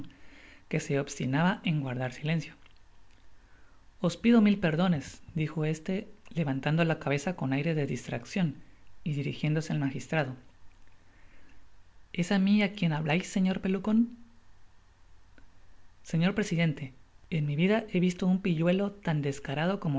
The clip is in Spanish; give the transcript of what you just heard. que se obstinaba en gutfrdar silencio os pido mil perdones dijo este levantando la cabeza con aire de distraccion y dirijiéndosé al magistrado es á mi á quién hablais señor pelucon señor presidente en mi vida he visto un pilluelo lan descarado